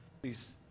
please